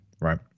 right